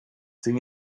thing